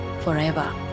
forever